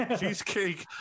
cheesecake